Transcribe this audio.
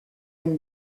une